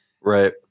Right